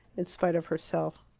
in spite of herself.